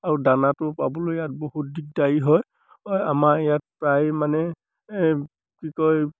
আৰু দানাটো পাবলৈ ইয়াত বহুত দিগদাৰী হয় আমাৰ ইয়াত প্ৰায় মানে কি কয়